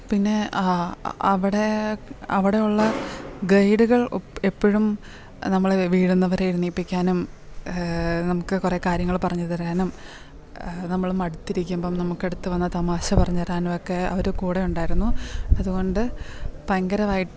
പിന്നെ അവിടെ അവിടെ ഒള്ള ഗൈഡുകൾ എപ്പോഴും നമ്മൾ വീഴുന്ന വരെ എഴുന്നേൽപ്പിക്കാനും നമുക്ക് കുറെ കാര്യങ്ങൾ പറഞ്ഞു തരാനും നമ്മളും മടുത്തിരിക്കുമ്പം നമുക്ക് അടുത്ത് വന്ന് തമാശ പറഞ്ഞ് തരാനും ഒക്കെ അവർ കൂടെ ഉണ്ടായിരുന്നു അതുകൊണ്ട് ഭയങ്കരവായിട്ട്